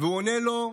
והוא עונה לו: